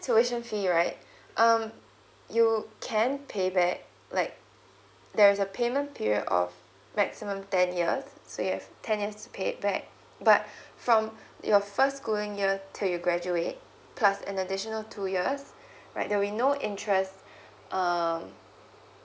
tuition fee right um you can pay back like there is a payment period of maximum ten years so you have ten years to pay back but from your first schooling year to you graduate plus an additional two years right there will be no interest um